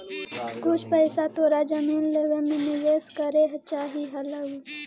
कुछ पइसा तोरा जमीन लेवे में निवेश करे चाहित हलउ